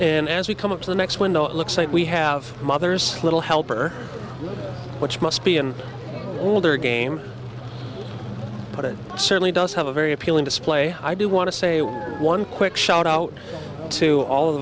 and as we come up to the next window it looks like we have mother's little helper which must be an older game but it certainly does have a very appealing display i do want to say one quick shout out to all of the